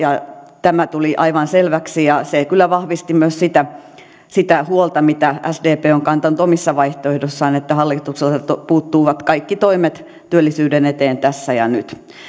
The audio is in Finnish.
on työllisyys tämä tuli aivan selväksi ja se kyllä vahvisti myös sitä sitä huolta mitä sdp on kantanut omissa vaihtoehdoissaan että hallitukselta puuttuvat kaikki toimet työllisyyden eteen tässä ja nyt